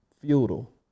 futile